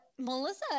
Melissa